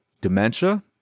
dementia